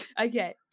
Okay